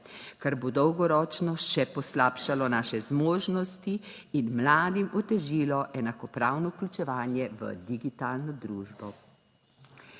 kar bo dolgoročno še poslabšalo naše zmožnosti in mladim otežilo enakopravno vključevanje v digitalno družbo.